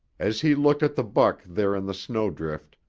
as he looked at the buck there in the snowdrift,